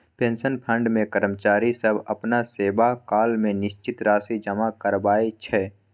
pension fund मे कर्मचारी सब अपना सेवाकाल मे निश्चित राशि जमा कराबै छै